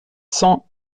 cent